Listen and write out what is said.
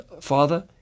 Father